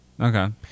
Okay